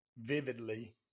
vividly